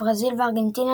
ברזיל וארגנטינה,